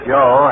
Joe